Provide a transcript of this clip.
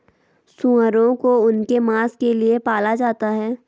सूअरों को उनके मांस के लिए पाला जाता है